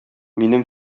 минем